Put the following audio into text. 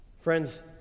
Friends